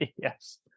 yes